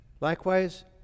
Likewise